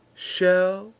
shall,